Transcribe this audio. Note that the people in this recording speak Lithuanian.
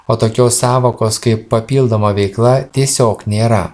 o tokios sąvokos kaip papildoma veikla tiesiog nėra